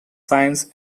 science